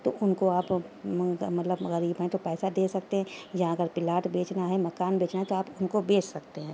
تو ان کو آپ مطلب غریب ہیں تو پیسہ دے سکتے ہیں یا اگر پلاٹ بیچنا ہے مکان بیچنا ہے تو آپ ان کو بیچ سکتے ہیں